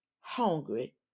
hungry